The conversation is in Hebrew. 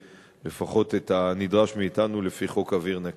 לפחות את הנדרש מאתנו לפי חוק אוויר נקי.